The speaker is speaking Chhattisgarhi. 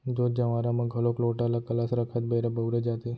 जोत जँवारा म घलोक लोटा ल कलस रखत बेरा बउरे जाथे